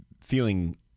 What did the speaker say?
feeling